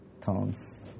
tones